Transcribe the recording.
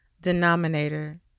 denominator